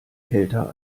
kälter